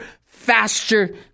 faster